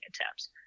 attempts